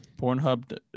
pornhub